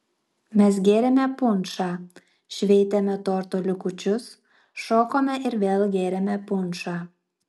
mes gėrėme punšą šveitėme torto likučius šokome ir vėl gėrėme punšą